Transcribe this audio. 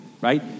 right